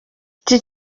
iki